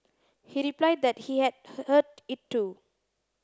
he replied that he had heard it too